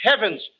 heavens